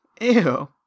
Ew